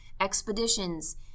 expeditions